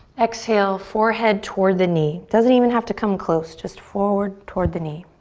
exhale, forehead toward the knee. doesn't even have to come close, just forward toward the knee.